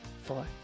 four